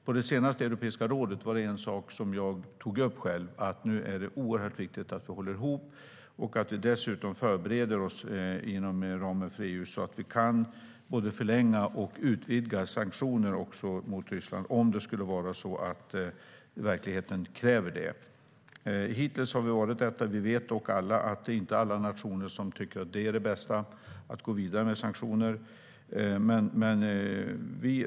På det senaste Europeiska rådet tog jag själv upp att det nu är oerhört viktigt att vi håller ihop och dessutom förbereder oss inom ramen för EU så att vi både kan förlänga och utvidga sanktioner mot Ryssland om det skulle vara så att verkligheten kräver detta. Hittills har det varit så. Vi vet dock alla att inte alla nationer tycker att det är bäst att gå vidare med sanktioner.